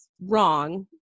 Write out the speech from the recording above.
wrong